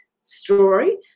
story